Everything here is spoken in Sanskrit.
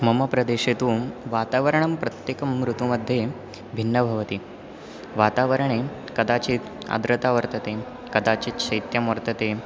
मम प्रदेशे तु वातावरणं प्रत्येकं ऋतुमध्ये भिन्नं भवति वातावरणे कदाचित् आद्रता वर्तते कदाचित् शैत्यं वर्तते